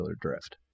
drift